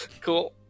cool